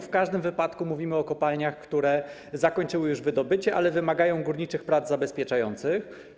W każdym przypadku mówimy o kopalniach, które zakończyły już wydobycie, ale wymagają górniczych prac zabezpieczających.